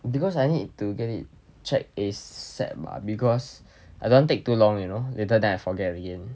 because I need to get it check asap mah because I don't want take too long you know later then I forget again